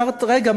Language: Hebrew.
ואמרת: רגע,